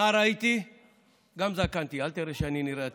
נער הייתי וגם זקנתי, אל תראה שאני נראה טוב.